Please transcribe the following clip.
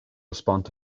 responded